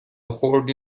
خردی